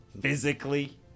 physically